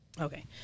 Okay